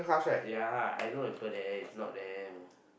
ya I know the people there it's not them